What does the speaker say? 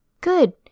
Good